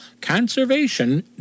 conservation